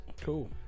Cool